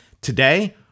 Today